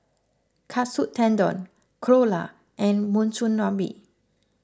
Katsu Tendon Dhokla and Monsunabe